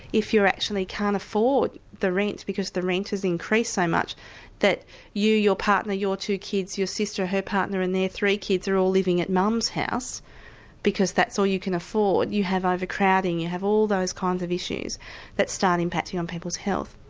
if you actually can't afford the rent because the rent has increased so much that you, your partner, your two kids, your sister, her partner and their three kids are all living at mum's house because that's all you can afford, you have overcrowding. you have all those kinds of issues that start impacting on people's health.